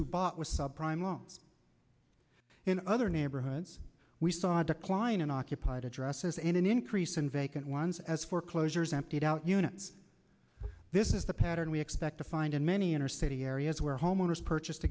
who bought with subprime loans in other neighborhoods we saw a decline in occupied addresses and an increase in vacant ones as foreclosures emptied out units this is the pattern we expect to find in many inner city areas where homeowners purchased